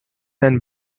and